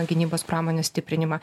gynybos pramonės stiprinimą